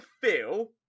feel